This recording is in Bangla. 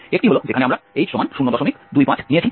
একটি হল যেখানে আমরা h 025 নিয়েছি